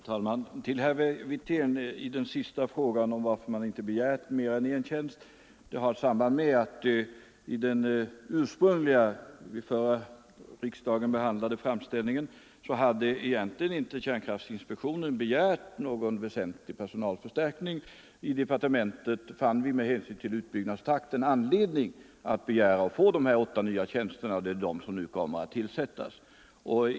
Herr talman! Till herr Wirtén, som frågade varför inspektionen inte begärt mer än ytterligare en tjänst, vill jag säga att detta har samband med att kärnkraftinspektionen i sin ursprungliga vid förra årets riksdag behandlade framställning egentligen inte hade begärt någon väsentlig personalförstärkning. I departementet såg vi med hänsyn till utbyggnadstakten anledning att begära de åtta nya tjänsterna, och det är dessa som nu kommer att tillsättas.